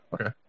okay